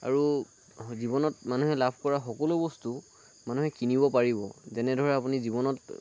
আৰু জীৱনত মানুহে লাভ কৰা সকলো বস্তু মানুহে কিনিব পাৰিব যেনে ধৰক আপুনি জীৱনত